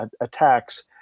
attacks